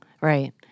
Right